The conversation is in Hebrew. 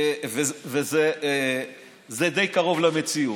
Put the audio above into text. וזה די קרוב למציאות.